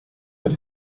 that